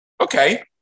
Okay